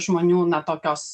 žmonių na tokios